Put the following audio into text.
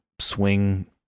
swing